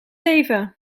even